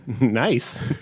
Nice